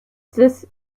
this